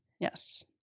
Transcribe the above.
Yes